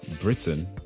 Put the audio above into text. Britain